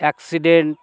accident